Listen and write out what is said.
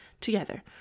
together